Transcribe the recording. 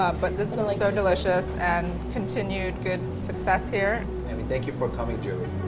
ah but this was so delicious, and continued good success here i mean thank you for coming julie